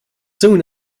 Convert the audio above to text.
soon